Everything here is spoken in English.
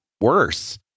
worse